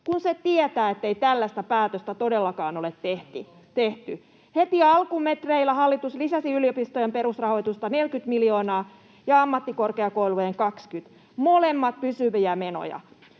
kun se tietää, ettei tällaista päätöstä todellakaan ole tehty. Heti alkumetreillä hallitus lisäsi yliopistojen perusrahoitusta 40 miljoonaa ja ammattikorkeakoulujen 20, molemmat pysyviä menoja